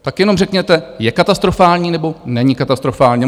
Tak jenom řekněte, je katastrofální, nebo není katastrofální?